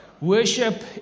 Worship